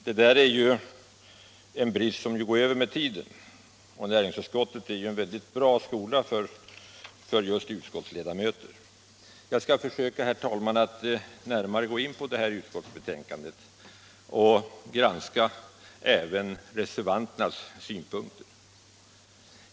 Det där är en brist som går över med tiden, och näringsutskottet är en väldigt bra skola för just ovana utskottsledamöter. Jag skall, för min del, herr talman, försöka att närmare gå in på utskottsbetänkandet och granska även reservanternas synpunkter.